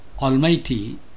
Almighty